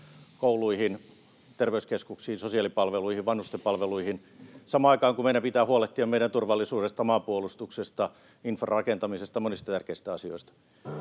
kouluihin, terveyskeskuksiin, sosiaalipalveluihin ja vanhusten palveluihin — samaan aikaan, kun meidän pitää huolehtia meidän turvallisuudesta, maanpuolustuksesta, infrarakentamisesta, monista tärkeistä asioista.